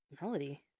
melody